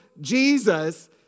Jesus